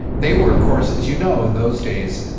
they were of course as you know in those days,